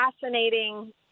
fascinating